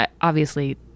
obviously-